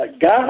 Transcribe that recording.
God